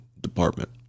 department